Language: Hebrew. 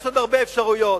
יש עוד הרבה אפשרויות,